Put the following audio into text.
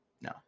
no